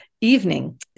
evening